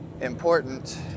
important